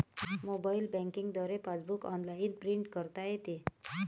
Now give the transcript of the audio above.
mobile banking द्वारे passbook online print करता येते